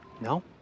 No